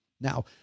Now